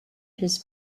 his